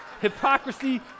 hypocrisy